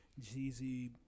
Jeezy